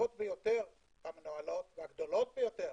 - והגדולות ביותר